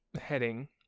heading